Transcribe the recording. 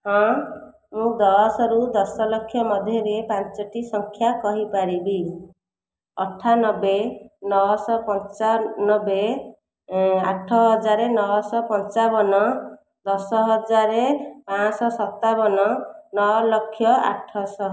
ହଁ ମୁଁ ଦଶ ରୁ ଦଶ ଲକ୍ଷ ମଧ୍ୟରେ ପାଞ୍ଚଟି ସଂଖ୍ୟା କହିପାରିବି ଅଠାନବେ ନଅ ଶହ ପଞ୍ଚାନବେ ଆଠ ହଜାର ନଅ ଶହ ପଞ୍ଚାବନ ଦଶ ହଜାର ପାଞ୍ଚ ସତାବନ ନଅ ଲକ୍ଷ ଆଠ ଶହ